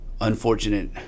unfortunate